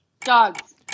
Dogs